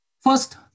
First